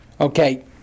Okay